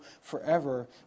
forever